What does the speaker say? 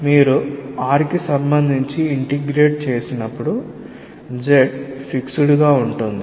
మీరు r కి సంబంధించి ఇంటిగ్రేట్ చేసినప్పుడు z ఫిక్స్డ్ గా ఉంటుంది